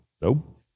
nope